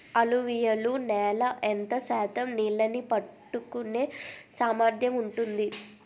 అలువియలు నేల ఎంత శాతం నీళ్ళని పట్టుకొనే సామర్థ్యం ఉంటుంది?